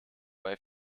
bei